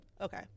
okay